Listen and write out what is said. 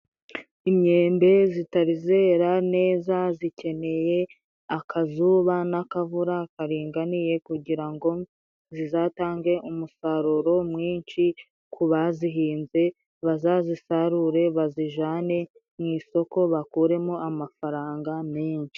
Imyembe zitari zera neza, zikeneye akazuba n'akavura karinganiye, kugira ngo zizatange umusaruro mwinshi ku bazihinze, bazazisarure bazijane mu isoko bakuremo amafaranga menshi.